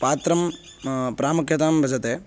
पात्रं प्रामुख्यतां भजते